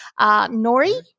nori